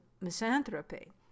misanthropy